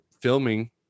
filming